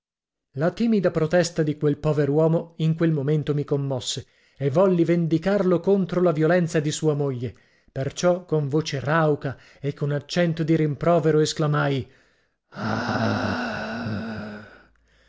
la timida protesta di quel pover'uomo in quel momento mi commosse e volli vendicarlo contro la violenza di sua moglie perciò con voce rauca e con accento di rimprovero esclamai ah